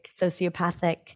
sociopathic